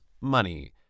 money